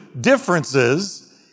differences